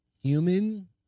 human